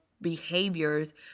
behaviors